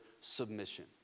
submission